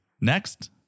Next